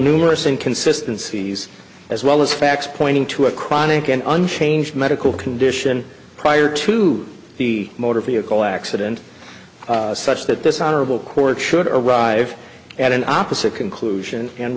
numerous and consistencies as well as facts pointing to a chronic and unchanged medical condition prior to the motor vehicle accident such that this honorable court should arrive at an opposite conclusion and